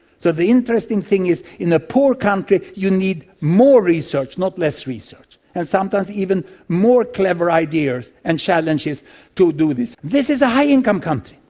so the interesting thing is in a poor country you need more research, not less research, and sometimes even more clever ideas and challenges to do this. this is a high income country.